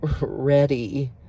ready